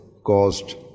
caused